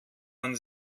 man